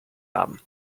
haben